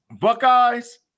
Buckeyes